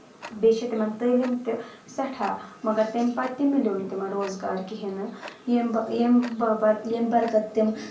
بیٚیہِ چھِ تِمن تعلیٖم تہِ سیٚٹھاہ مَگر تَمہِ پَتہٕ تہِ مِلیو نہٕ تِمن روزگار کِہنۍ نہٕ ییٚمہِ ییٚمہِ باپَتھ ییٚمہِ برکَت تِم